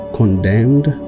condemned